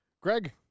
Greg